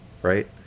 Right